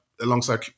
alongside